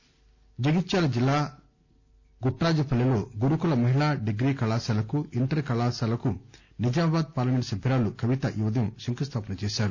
desk degree కళాశాల జగిత్యాల జిల్లా గుట్రాజపల్లిలో గురుకుల మహిళా డిగ్రీ కళాశాలకు ఇంటర్ కళాశాలకు నిజామాబాద్ పార్లమెంట్ సభ్యురాలు కవిత ఈ ఉదయం శంఖుస్థాపన చేశారు